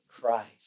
Christ